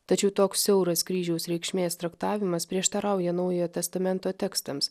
tačiau toks siauras kryžiaus reikšmės traktavimas prieštarauja naujojo testamento tekstams